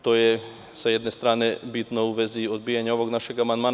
To je sa jedne strane bitno u vezi odbijanja ovog našeg amandmana.